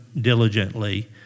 diligently